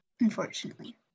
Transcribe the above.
unfortunately